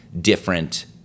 different